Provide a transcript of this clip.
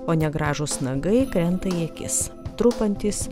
o negražūs nagai krenta į akis trupantys